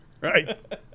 Right